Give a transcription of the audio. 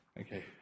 okay